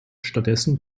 stattdessen